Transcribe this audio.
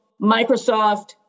Microsoft